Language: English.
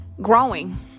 growing